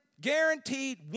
guaranteed